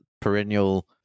perennial